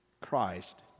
Christ